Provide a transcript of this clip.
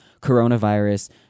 coronavirus